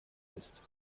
ist